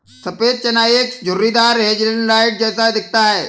सफेद चना एक झुर्रीदार हेज़लनट जैसा दिखता है